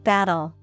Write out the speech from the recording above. Battle